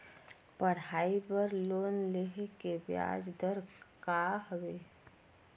पढ़ाई बर लोन लेहे के ब्याज दर का हवे?